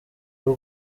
w’u